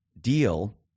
deal